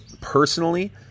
personally